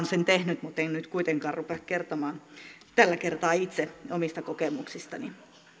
sen tehnyt mutta en nyt kuitenkaan rupea kertomaan tällä kertaa itse omista kokemuksistani